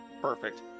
Perfect